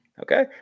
Okay